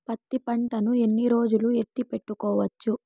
పత్తి పంటను ఎన్ని రోజులు ఎత్తి పెట్టుకోవచ్చు?